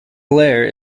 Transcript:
blair